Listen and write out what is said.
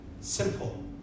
simple